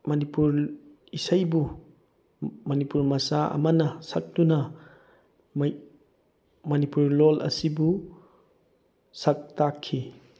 ꯃꯅꯤꯄꯨꯔ ꯏꯁꯩꯕꯨ ꯃꯅꯤꯄꯨꯔ ꯃꯆꯥ ꯑꯃꯅ ꯁꯛꯇꯨꯅ ꯃꯅꯤꯄꯨꯔꯤ ꯂꯣꯟ ꯑꯁꯤꯕꯨ ꯁꯛ ꯇꯥꯛꯈꯤ